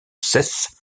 cesse